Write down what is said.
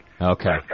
Okay